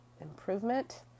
improvement